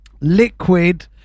liquid